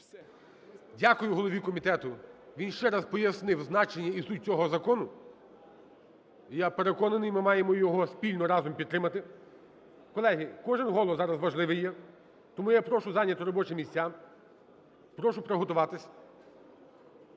Дякую голові комітету. Він ще раз пояснив значення і суть цього закону. І, я переконаний, ми маємо його спільно разом підтримати. Колеги, кожен голос зараз важливий є. Тому я прошу зайняти робочі місця, прошу приготуватись.